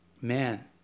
man